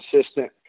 assistant